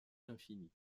l’infini